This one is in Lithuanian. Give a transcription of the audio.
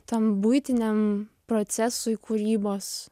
tam buitiniam procesui kūrybos